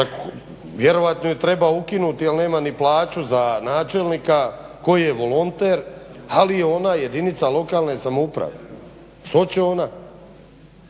Vjerojatno je treba ukinuti jer nema ni plaću za načelnika koji je volonter ali je ona jedinica lokalne samouprave. Što će ona?